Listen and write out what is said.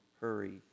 hurry